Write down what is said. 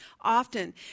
Often